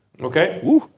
Okay